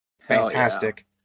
Fantastic